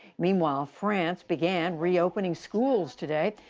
meanwhile, france began reopening schools today,